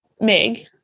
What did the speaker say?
Meg